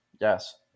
Yes